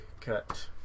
cut